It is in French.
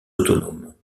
autonomes